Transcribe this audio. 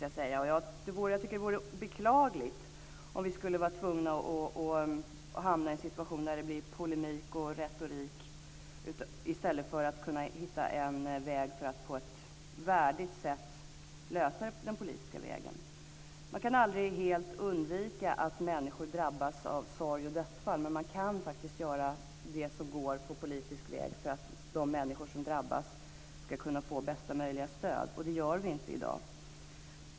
Jag tycker att det vore beklagligt om vi skulle hamna i en situation med polemik och retorik i stället för att på ett värdigt sätt lösa frågan den politiska vägen. Man kan aldrig helt undvika att människor drabbas av sorg och dödsfall, men man kan faktiskt göra vad som politiskt är möjligt för att de människor som drabbas ska kunna få bästa tänkbara stöd, och det gör man inte i dag.